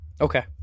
okay